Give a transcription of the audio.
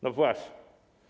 No właśnie.